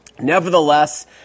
Nevertheless